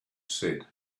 said